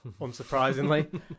unsurprisingly